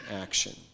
action